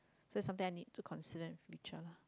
so it's something I need to consider in future lah